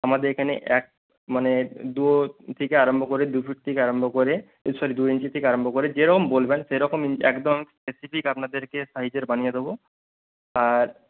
আমাদের এখানে এক মানে দু থেকে আরম্ভ করে দু ফিট থেকে আরম্ভ করে এ সরি দুই ইঞ্চি থেকে আরম্ভ করে যেরকম বলবেন সেরকমই একদম স্পেসিফিক আপনাদেরকে সাইজের বানিয়ে দেবো আর